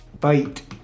bite